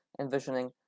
envisioning